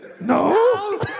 no